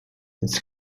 its